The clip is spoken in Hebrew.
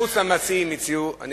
חוץ מהמציעים, יש, יש.